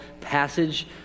passage